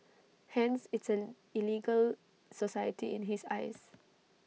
hence it's an illegal society in his eyes